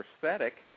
prosthetic